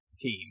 team